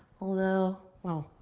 although, well,